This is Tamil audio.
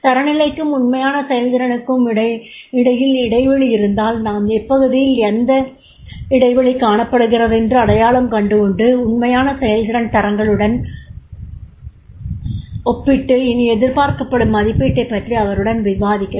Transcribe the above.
தரநிலைக்கும் உண்மையான செயல்திறனுக்கும் இடையில் இடைவெளி இருந்தால் நாம் எப்பகுதியில் அந்த இடைவெளி காணப்படுகிறதென்று அடையாளம் கண்டு கொண்டு உண்மையான செயல்திறனை தரங்களுடன் ஒப்பிட்டு இனி எதிர்பார்க்கப்படும் மதிப்பீட்டைப் பற்றி அவருடன் விவாதிக்கலாம்